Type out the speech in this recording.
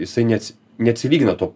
jisai nets neatsilygina tuo